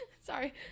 Sorry